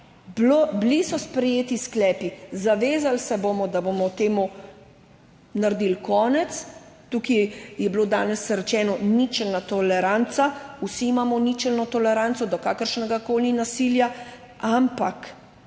bili so sprejeti sklepi, zavezali se bomo, da bomo temu naredili konec. Tukaj je bilo danes rečeno ničelna toleranca, vsi imamo ničelno toleranco do kakršnegakoli nasilja, ampak